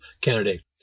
candidate